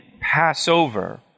Passover